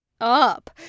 up